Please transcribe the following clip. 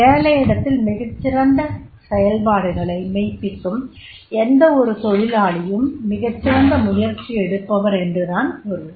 வேலையிடத்தில் மிகச் சிறந்த செயல்பாடுகளை மெய்ப்பிக்கும் எந்த ஒரு தொழிலாளியும் மிகச் சிறந்த முயற்சி எடுப்பவர் என்றுதான் பொருள்